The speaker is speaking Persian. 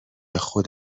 خود